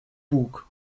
bug